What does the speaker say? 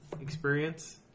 experience